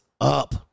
up